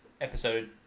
episode